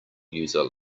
user